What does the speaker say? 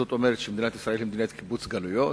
זאת אומרת שמדינת ישראל היא מדינת קיבוץ גלויות,